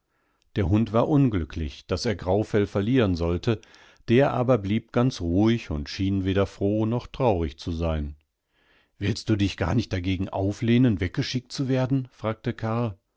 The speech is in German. der hund war unglücklich daß er graufell verlieren sollte der aber blieb ganz ruhig und schien weder froh noch traurig zu sein willst du dich gar nicht dagegen auflehnen weggeschickt zu werden fragte karr